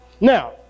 Now